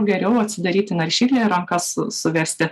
geriau atsidaryti naršyklę ir rankas suvesti